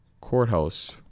courthouse